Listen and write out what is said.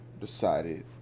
decided